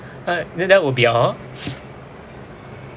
mm then that will be all